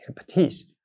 expertise